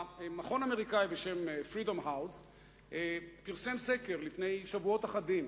מכון אמריקני בשם Freedom House פרסם סקר לפני שבועות אחדים,